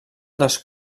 dels